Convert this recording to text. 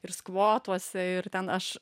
ir skvotuose ir ten aš